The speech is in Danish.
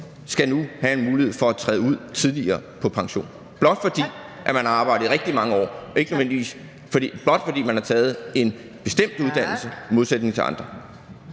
skal have mulighed for at træde ud tidligere og gå på pension, blot fordi man har arbejdet i rigtig mange år, og blot fordi man har taget en bestemt uddannelse – i modsætning til andre.